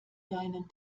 deinen